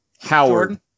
Howard